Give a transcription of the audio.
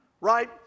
right